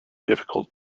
difficult